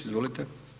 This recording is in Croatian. Izvolite.